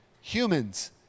Humans